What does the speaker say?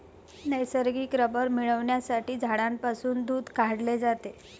नैसर्गिक रबर मिळविण्यासाठी झाडांपासून दूध काढले जाते